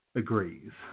agrees